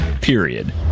Period